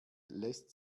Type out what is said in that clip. lässt